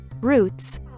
Roots